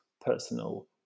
personal